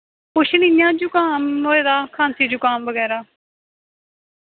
कुछ निं इयां जुकाम होए दा खांसी जुकाम बगैरा